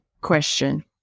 question